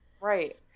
Right